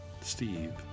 Steve